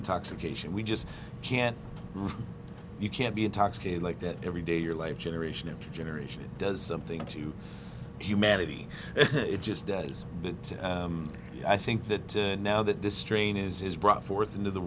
intoxication we just can't you can't be intoxicated like that every day your life generation after generation it does something to humanity it just does but i think that now that this strain is brought forth into the